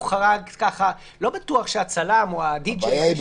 חרג ככה לא בטוח שהצלם או הדי.ג'יי.